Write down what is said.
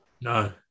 No